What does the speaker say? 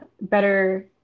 better